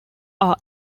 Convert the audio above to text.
are